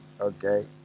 Okay